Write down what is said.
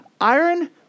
iron